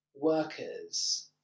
workers